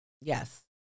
Yes